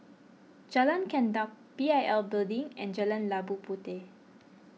Jalan Gendang P I L Building and Jalan Labu Puteh